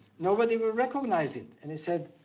nobody will recognize it and he said,